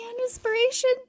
inspiration